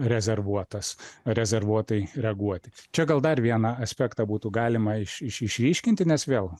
rezervuotas rezervuotai reaguoti čia gal dar vieną aspektą būtų galima iš iš išryškinti nes vėl